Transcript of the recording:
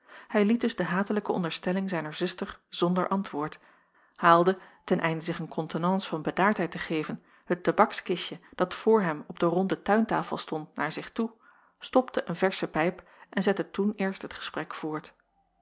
hij liet dus de hatelijke onderstelling zijner zuster zonder antwoord haalde ten einde zich een contenance van bedaardheid te geven het tabakskistje dat voor hem op de ronde tuintafel stond naar zich toe stopte een versche pijp en zette toen eerst het gesprek voort